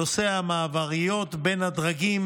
נושא המעבריות בין הדרגים